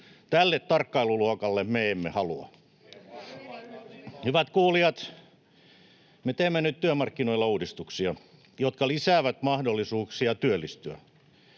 perussuomalaisten ryhmästä] Hyvät kuulijat! Me teemme nyt työmarkkinoilla uudistuksia, jotka lisäävät mahdollisuuksia työllistyä.